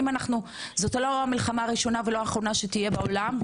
זאת לא המלחמה הראשונה ולא האחרונה שתהיה בעולם.